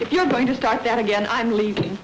if you're going to start that again i'm leaving